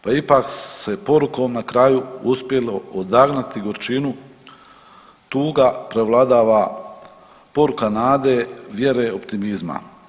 Pa ipak se porukom na kraju uspjelo odagnati gorčinu, tuga prevladava, poruka nade, vjere optimizma.